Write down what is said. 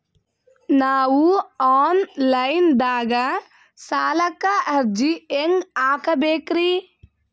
ನಾವು online ದಾಗ ಸಾಲಕ್ಕ ಅರ್ಜಿ ಹೆಂಗ ಹಾಕಬೇಕ್ರಿ?